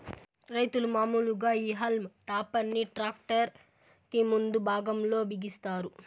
రైతులు మాములుగా ఈ హల్మ్ టాపర్ ని ట్రాక్టర్ కి ముందు భాగం లో బిగిస్తారు